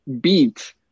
beat